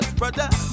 brother